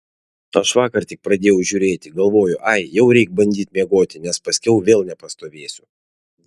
aš vakar tik pradėjau žiūrėti galvoju ai jau reik bandyti miegoti nes paskiau vėl nepastovėsiu